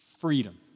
freedom